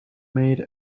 made